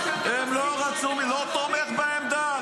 לא תומך בעמדה,